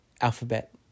alphabet